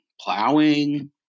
plowing